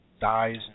dies